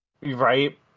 Right